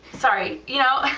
sorry you know,